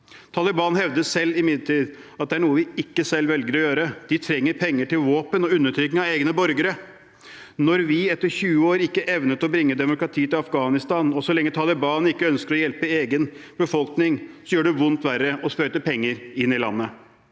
Taliban hevder imidlertid selv at det er noe de ikke selv velger å gjøre. De trenger våpen til undertrykking av egne borgere. Når vi, etter 20 år, ikke evnet å bringe demokrati til Afghanistan, og så lenge Taliban ikke ønsker å hjelpe egen befolkning, gjør det vondt verre å sprøyte penger inn i landet.